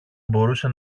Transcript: μπορούσε